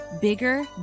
Bigger